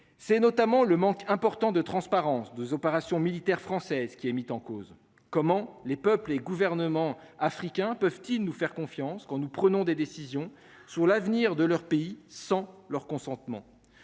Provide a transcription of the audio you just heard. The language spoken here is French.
C'est notamment le manque important de transparence des opérations militaires françaises qui est mis en cause. Comment les peuples et gouvernements africains peuvent-ils nous faire confiance. Quand nous prenons des décisions sur l'avenir de leur pays sans leur consentement.